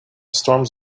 storms